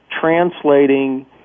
translating